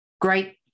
Great